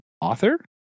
author